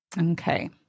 Okay